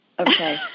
Okay